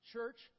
Church